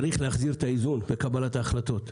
צריך להחזיר את האיזון בקבלת ההחלטות.